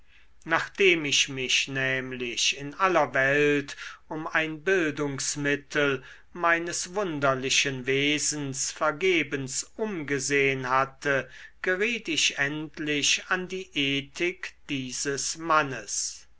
nachdem ich mich nämlich in aller welt um ein bildungsmittel meines wunderlichen wesens vergebens umgesehn hatte geriet ich endlich an die ethik dieses mannes